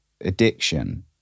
addiction